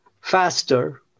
faster